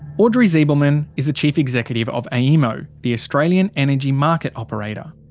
audrey zibelman is the chief executive of aemo the australian energy market operator.